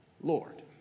Lord